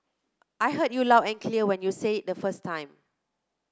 I heard you loud and clear when you said it the first time